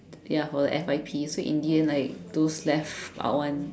ya for the F_Y_P so in the end like those left out one